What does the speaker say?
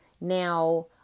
now